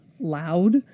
loud